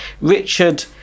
Richard